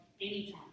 anytime